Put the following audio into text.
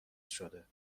شده